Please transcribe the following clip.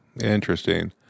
Interesting